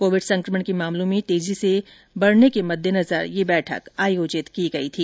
Covid संकमण के मामलों में तेजी से बढ़ने के मद्देनजर यह बैठक आयोजित की गई थी